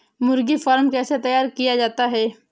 मुर्गी फार्म कैसे तैयार किया जाता है?